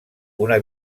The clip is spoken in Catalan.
una